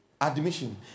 admission